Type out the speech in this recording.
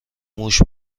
موش